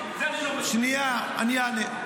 שנייה, אני אענה.